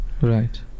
Right